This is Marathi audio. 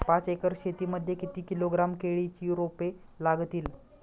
पाच एकर शेती मध्ये किती किलोग्रॅम केळीची रोपे लागतील?